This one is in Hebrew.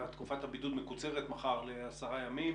תקופת הבידוד מקוצרת מחר לעשרה ימים,